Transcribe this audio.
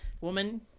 Woman